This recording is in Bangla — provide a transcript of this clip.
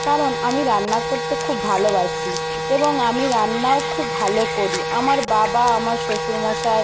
কারণ আমি রান্না করতে খুব ভালোবাসি এবং আমি রান্নাও খুব ভালো করি আমার বাবা আমার শ্বশুরমশাই